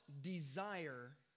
desire